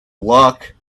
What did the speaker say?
luck